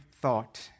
thought